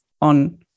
on